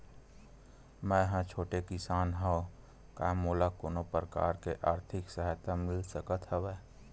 मै ह छोटे किसान हंव का मोला कोनो प्रकार के आर्थिक सहायता मिल सकत हवय?